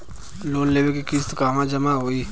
Loan के किस्त कहवा जामा होयी?